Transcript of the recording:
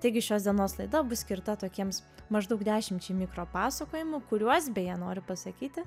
taigi šios dienos laida bus skirta tokiems maždaug dešimčiai mikro pasakojimų kuriuos beje noriu pasakyti